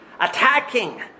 attacking